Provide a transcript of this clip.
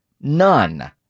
none